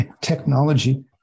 technology